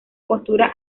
postura